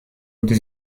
gdy